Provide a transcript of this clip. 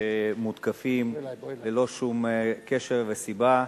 שהם מותקפים ללא שום קשר וסיבה,